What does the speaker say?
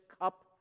cup